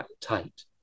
tight